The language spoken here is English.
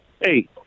hey